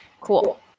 Cool